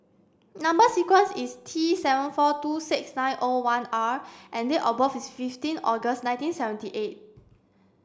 number sequence is T seven four two six nine O one R and date of birth is fifteen August nineteen seventy eight